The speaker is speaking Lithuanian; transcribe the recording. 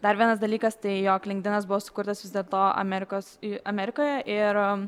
dar vienas dalykas tai jog linkdinas buvo sukurtas vis dėlto amerikos amerikoje ir